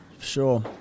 Sure